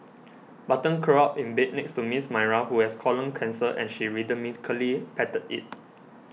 Button curled up in bed next to Miss Myra who has colon cancer and she rhythmically patted it